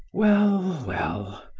well, well,